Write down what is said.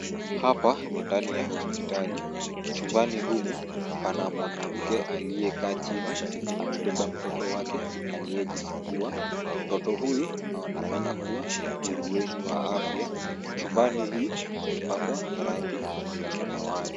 Hapa ni ndani ya hospitali. Chumbani humu pana mwanamke aliyekaa chini, amebeba mtoto wake aliyejifungua. Mtoto huyu aonekana kuwa burueni wa afya. Chumbani hii imepakwa rangi ya samawati.